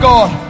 God